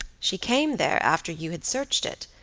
she came there after you had searched it,